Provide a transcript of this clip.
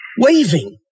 Waving